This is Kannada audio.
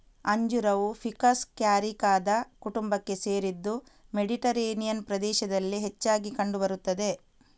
ಅಂಜೂರವು ಫಿಕಸ್ ಕ್ಯಾರಿಕಾದ ಕುಟುಂಬಕ್ಕೆ ಸೇರಿದ್ದು ಮೆಡಿಟೇರಿಯನ್ ಪ್ರದೇಶದಲ್ಲಿ ಹೆಚ್ಚಾಗಿ ಕಂಡು ಬರುತ್ತದೆ